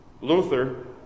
Luther